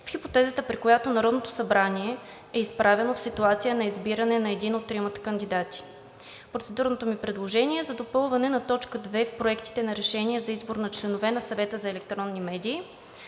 в хипотезата, при която Народното събрание е изправено в ситуация на избиране на един от тримата кандидати. Процедурното ми предложение е за допълване на точка две в проектите на решение за избор на членове на Съвета за електронни медии